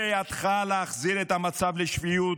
בידך להחזיר את המצב לשפיות,